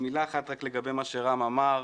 מילה אחת להתייחס לדבריו של רם בן ברק.